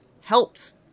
helps